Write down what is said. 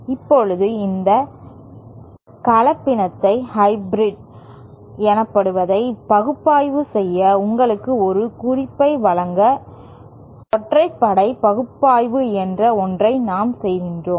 இப்போது இந்த கலப்பினத்தை பகுப்பாய்வு செய்ய உங்களுக்கு ஒரு குறிப்பை வழங்க ஒற்றைப்படை பகுப்பாய்வு என்ற ஒன்றை நாம் செய்கிறோம்